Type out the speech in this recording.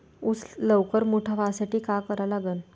ऊस लवकर मोठा व्हासाठी का करा लागन?